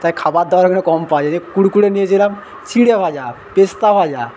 তাই খাবার দাবার এখানে কম পাওয়া যায় যে কুরকুরে নিয়েছিলাম চিঁড়ে ভাজা পেস্তা ভাজা